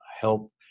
help